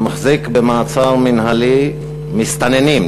שמחזיק במעצר מינהלי מסתננים,